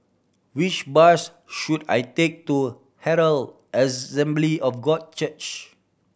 which bus should I take to Herald Assembly of God Church